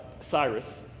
Cyrus